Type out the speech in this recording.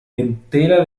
entera